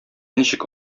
ничек